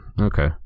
okay